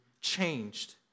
changed